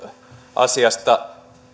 asiasta